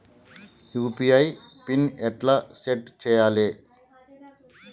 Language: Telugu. యూ.పీ.ఐ పిన్ ఎట్లా సెట్ చేయాలే?